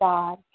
God